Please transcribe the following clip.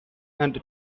and